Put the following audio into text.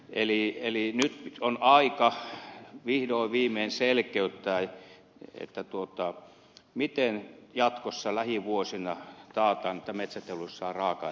eli nyt on aika vihdoin viimein selkeyttää miten jatkossa lähivuosina taataan että metsäteollisuus saa raaka ainetta